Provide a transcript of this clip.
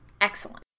excellent